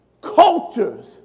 cultures